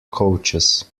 coaches